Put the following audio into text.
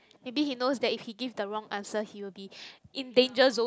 maybe he knows that if he give the wrong answer he will be in danger zone